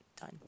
done